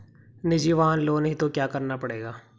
निजी वाहन लोन हेतु क्या करना पड़ेगा?